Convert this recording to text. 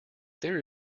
there